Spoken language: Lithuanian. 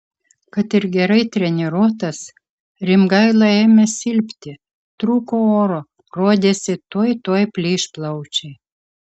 kad ir gerai treniruotas rimgaila ėmė silpti trūko oro rodėsi tuoj tuoj plyš plaučiai